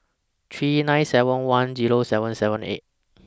three nine seven one Zero seven seven eight